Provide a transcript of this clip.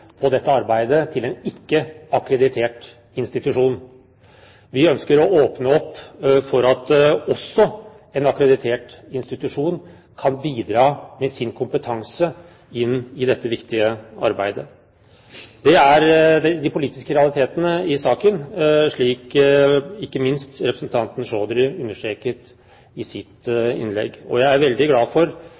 på dette arbeidet, en ikke akkreditert institusjon. Vi ønsker å åpne opp for at også en akkreditert institusjon kan bidra med sin kompetanse i dette viktige arbeidet. Det er de politiske realitetene i saken slik, ikke minst, representanten Chaudhry understreket i sitt innlegg. Jeg er veldig glad for